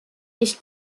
ich